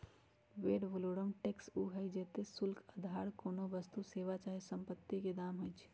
ad valorem tax उ हइ जेते शुल्क अधार कोनो वस्तु, सेवा चाहे सम्पति के दाम होइ छइ